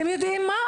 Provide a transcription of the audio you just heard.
אתם יודעים מה?